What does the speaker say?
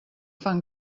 fan